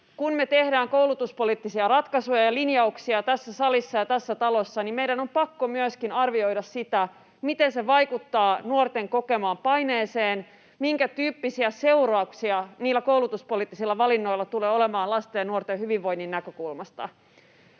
Kun me tehdään koulutuspoliittisia ratkaisuja ja linjauksia tässä salissa ja tässä talossa, niin meidän on pakko myöskin arvioida sitä, miten se vaikuttaa nuorten kokemaan paineeseen, minkä tyyppisiä seurauksia niillä koulutuspoliittisilla valinnoilla tulee olemaan lasten ja nuorten hyvinvoinnin näkökulmasta.